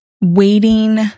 waiting